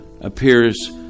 appears